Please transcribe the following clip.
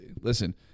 listen